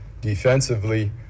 Defensively